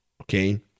okay